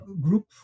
group